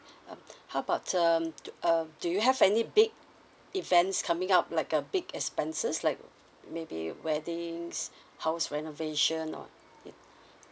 um how about um uh do you have any big events coming up like a big expenses like maybe weddings house renovation or ya